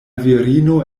virino